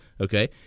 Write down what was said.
okay